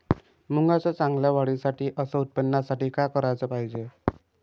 मुंगाच्या चांगल्या वाढीसाठी अस उत्पन्नासाठी का कराच पायजे?